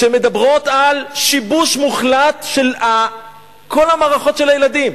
שמדברות על שיבוש מוחלט של כל המערכות של הילדים.